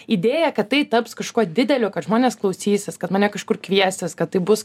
idėja kad tai taps kažkuo dideliu kad žmonės klausysis kad mane kažkur kviestis kad tai bus